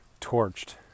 torched